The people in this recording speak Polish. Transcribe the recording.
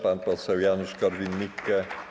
Pan poseł Janusz Korwin-Mikke.